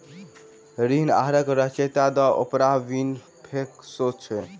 ऋण आहारक रचयिता द ओपराह विनफ्रे शो अछि